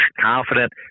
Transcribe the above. confident